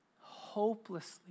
hopelessly